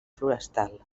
forestal